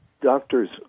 Doctors